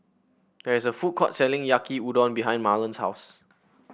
there is a food court selling Yaki Udon behind Marlon's house